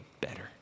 better